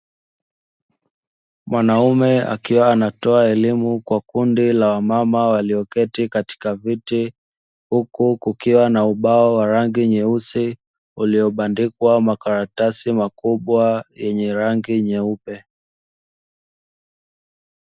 Mwanaume akiwa anatoa elimu kwa kundi la mama walioketi katika viti, huku kukiwa na ubao wa rangi nyeusi, uliobandikwa makaratasi makubwa yenye rangi nyeupe.